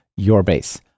YourBase